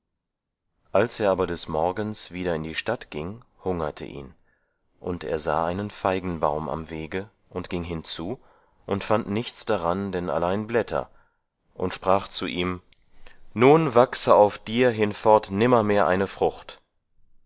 als er aber des morgens wieder in die stadt ging hungerte ihn und er sah einen feigenbaum am wege und ging hinzu und fand nichts daran denn allein blätter und sprach zu ihm nun wachse auf dir hinfort nimmermehr eine frucht